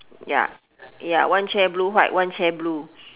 ya ya one chair blue white one chair blue